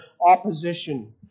opposition